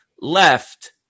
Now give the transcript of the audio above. left